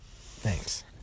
thanks